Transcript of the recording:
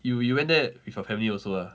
you you went there with your family also ah